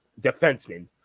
defenseman